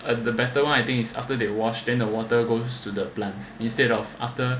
and the better [one] I think is after they wash then water goes to the plants instead of after